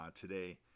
today